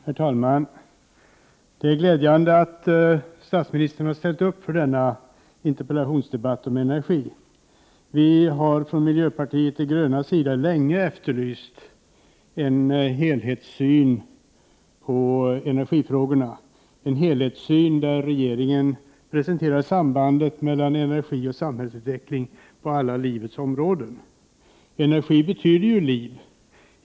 Herr talman! Det är glädjande att statsministern ville delta i denna interpellationsdebatt om energi. Vi i miljöpartiet de gröna har länge efterlyst en helhetssyn på energifrågorna — regeringens helhetssyn på sambandet mellan energi och samhällsutveckling på alla livets områden. Energi betyder ju liv.